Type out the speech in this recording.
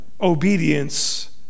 obedience